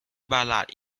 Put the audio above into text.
ballad